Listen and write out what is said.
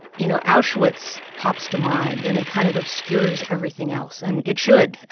you know, auschwitz pops to mind, and it kind of obscures everything else. and it should,